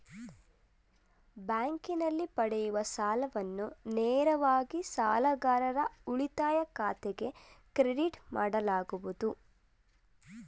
ಬ್ಯಾಂಕಿನಲ್ಲಿ ಪಡೆಯುವ ಸಾಲವನ್ನು ನೇರವಾಗಿ ಸಾಲಗಾರರ ಉಳಿತಾಯ ಖಾತೆಗೆ ಕ್ರೆಡಿಟ್ ಮಾಡಲಾಗುವುದು